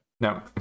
No